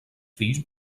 fills